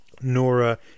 Nora